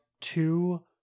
two